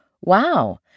Wow